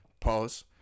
Pause